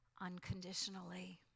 unconditionally